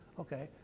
okay,